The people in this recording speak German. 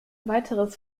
weiteres